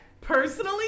Personally